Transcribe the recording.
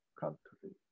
country